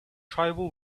tribal